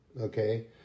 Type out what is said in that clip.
okay